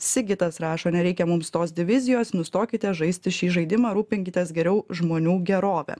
sigitas rašo nereikia mums tos divizijos nustokite žaisti šį žaidimą rūpinkitės geriau žmonių gerove